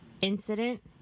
incident